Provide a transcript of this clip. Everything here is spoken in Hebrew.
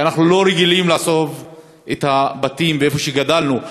כי אנחנו לא רגילים לעזוב את הבתים שגדלנו בהם.